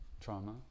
trauma